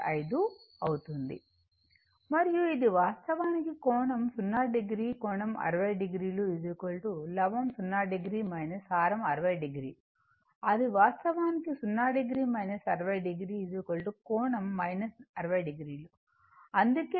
5 అవుతుంది మరియు ఇది వాస్తవానికి కోణం 0 o కోణం 60o లవం 0 o హారం 60o ఇది వాస్తవానికి 0 o 60o కోణం 60o అందుకే ఇది 60o